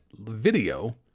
video